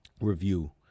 review